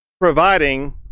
providing